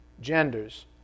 genders